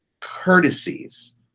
courtesies